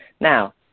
Now